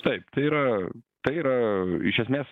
taip tai yra tai yra iš esmės